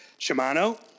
Shimano